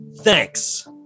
Thanks